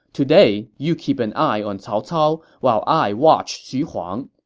today you keep an eye on cao cao while i watch xu huang.